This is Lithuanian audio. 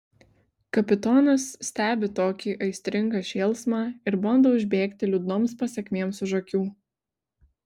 kapitonas stebi tokį aistringą šėlsmą ir bando užbėgti liūdnoms pasekmėms už akių